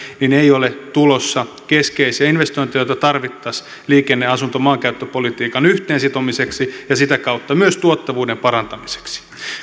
ei ole tulossa keskeisiä investointeja joita tarvittaisiin liikenne asunto ja maankäyttöpolitiikan yhteen sitomiseksi ja sitä kautta myös tuottavuuden parantamiseksi